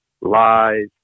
lies